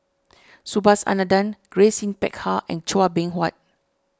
Subhas Anandan Grace Yin Peck Ha and Chua Beng Huat